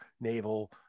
naval